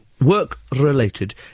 work-related